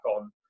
on